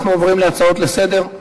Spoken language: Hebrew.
נעבור להצעות לסדר-היום.